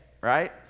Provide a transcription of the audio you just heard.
right